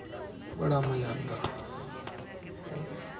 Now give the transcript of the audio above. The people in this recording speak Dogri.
बड़ा मजा आंदा